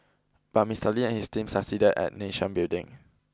but Mister Lee and his team succeeded at nation building